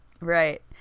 Right